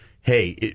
hey